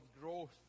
growth